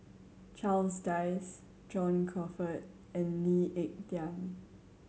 Charles Dyce John Crawfurd and Lee Ek Tieng